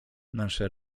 nasze